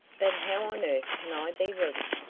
but how on earth can i be ready?